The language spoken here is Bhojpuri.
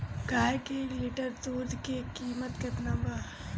गाए के एक लीटर दूध के कीमत केतना बा?